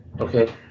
Okay